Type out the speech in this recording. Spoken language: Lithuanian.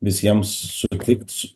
visiems sutikts